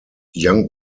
young